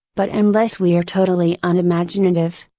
but unless we are totally unimaginative,